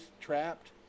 Trapped